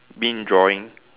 bin drawing